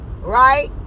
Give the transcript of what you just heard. right